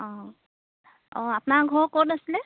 অঁ অঁ আপোনাৰ ঘৰ ক'ত আছিলে